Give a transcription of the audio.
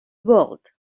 world